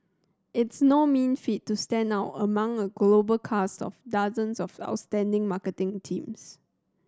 it's no mean feat to stand out among a global cast of dozens of outstanding marketing teams